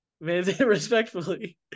Respectfully